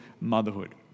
motherhood